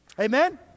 Amen